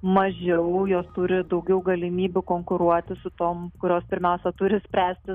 mažiau jos turi daugiau galimybių konkuruoti su tom kurios pirmiausia turi spręsti